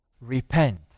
Repent